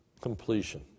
completion